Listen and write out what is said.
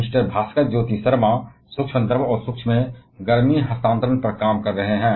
mister Bhaskarjyoti Sharma सूक्ष्म द्रव और सूक्ष्म में गर्मी हस्तांतरण पर काम कर रहे हैं